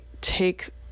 take